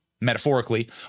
metaphorically